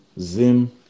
zim